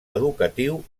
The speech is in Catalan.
educatiu